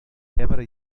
pebre